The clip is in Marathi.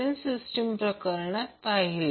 तर त्याचप्रमाणे इतर वॅटमीटरसाठी आपण त्याकडे येऊ